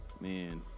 man